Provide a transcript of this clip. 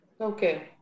Okay